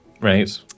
Right